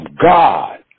God